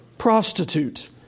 Prostitute